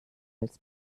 als